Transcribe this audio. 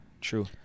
True